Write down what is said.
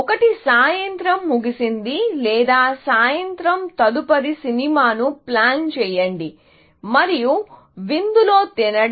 ఒకటి సాయంత్రం ముగిసింది లేదా సాయంత్రం తదుపరి సినిమాను ప్లాన్ చేయండి మరియు విందులో తినడం